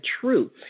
true